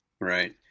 right